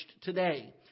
today